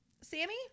Sammy